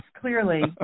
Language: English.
clearly